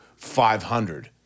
500